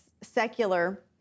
secular